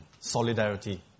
solidarity